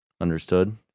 Understood